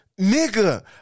Nigga